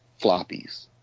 floppies